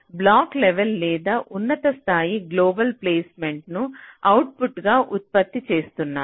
black level లేదా ఉన్నత స్థాయి గ్లోబల్ ప్లేస్మెంట్ను అవుట్పుట్గా ఉత్పత్తి చేస్తున్నారు